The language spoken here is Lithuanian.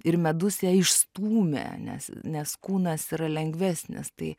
ir medus ją išstūmė nes nes kūnas yra lengvesnis tai